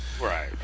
Right